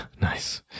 Nice